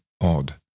odd